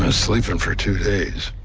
ah sleeping for two days.